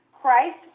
Christ